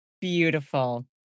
Beautiful